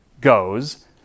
goes